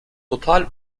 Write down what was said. total